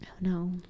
No